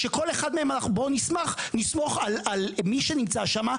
שכל אחד מאלה בואו נסמוך על מי שנמצא שם,